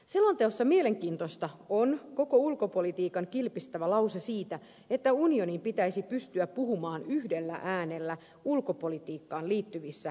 selonteossa mielenkiintoista on koko ulkopolitiikan kilpistävä lause siitä että unionin pitäisi pystyä puhumaan yhdellä äänellä ulkopolitiikkaan liittyvissä asioissa